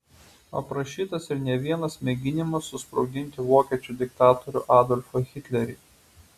aprašytas ir ne vienas mėginimas susprogdinti vokiečių diktatorių adolfą hitlerį